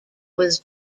was